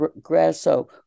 grasso